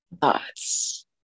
Thoughts